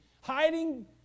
hiding